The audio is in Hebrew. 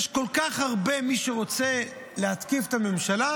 יש כל כך הרבה, מי שרוצה להתקיף את הממשלה,